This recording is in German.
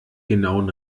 genauen